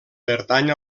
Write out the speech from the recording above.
pertany